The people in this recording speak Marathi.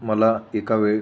मला एक वेळ